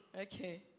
Okay